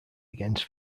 against